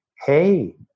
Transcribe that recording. hey